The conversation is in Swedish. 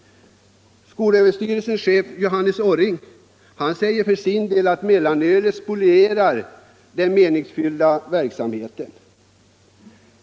Skolöverstyrelsens chef Jonas Orring säger att mellanölet spolierar den meningsfulla verksamheten.